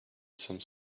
some